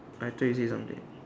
I thought you said something